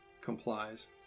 complies